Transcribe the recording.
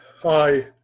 Hi